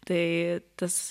tai tas